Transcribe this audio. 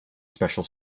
special